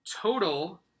Total